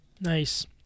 nice